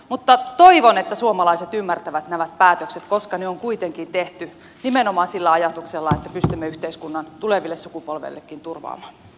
mutta toivon että suomalaiset ymmärtävät nämä päätökset koska ne on kuitenkin tehty nimenomaan sillä ajatuksella että pystymme yhteiskunnan tulevillekin sukupolville turvaamaan